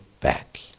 back